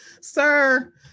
sir